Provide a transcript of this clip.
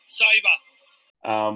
saver